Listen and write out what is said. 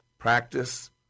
Practice